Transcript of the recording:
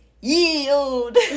yield